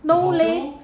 no leh